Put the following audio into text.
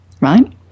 right